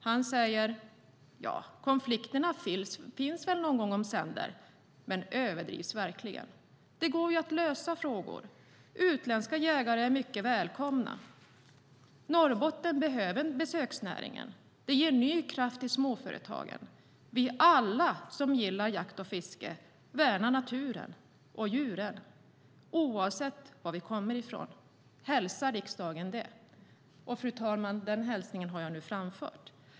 Han sade: Konflikterna finns väl någon gång omsänder, men överdrivs verkligen. Det går ju att lösa frågor. Utländska jägare är mycket välkomna. Norrbotten behöver besöksnäringen. Det ger ny kraft till småföretagen, till alla som gillar jakt och fiske och värnar naturen och djuren, oavsett var vi kommer ifrån. Hälsa riksdagen det! Fru talman! Den hälsningen har jag nu framfört.